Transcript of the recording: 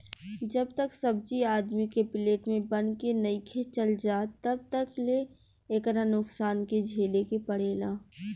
जब तक सब्जी आदमी के प्लेट में बन के नइखे चल जात तब तक ले एकरा नुकसान के झेले के पड़ेला